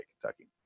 Kentucky